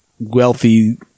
Wealthy